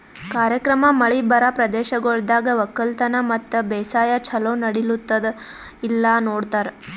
ಕಾರ್ಯಕ್ರಮ ಮಳಿ ಬರಾ ಪ್ರದೇಶಗೊಳ್ದಾಗ್ ಒಕ್ಕಲತನ ಮತ್ತ ಬೇಸಾಯ ಛಲೋ ನಡಿಲ್ಲುತ್ತುದ ಇಲ್ಲಾ ನೋಡ್ತಾರ್